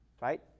right